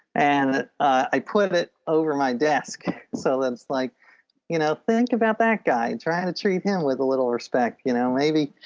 and i put it over my desk so that's like you know think about that guy trying to treat him with a little respect. you know maybe